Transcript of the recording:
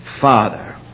Father